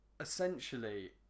essentially